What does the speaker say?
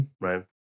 right